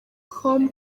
com